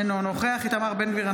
אינו נוכח איתמר בן גביר,